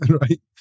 Right